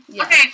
Okay